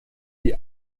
die